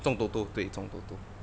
中 toto 对中 toto